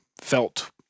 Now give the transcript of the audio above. felt